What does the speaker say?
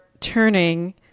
turning